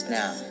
now